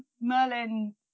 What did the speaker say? Merlin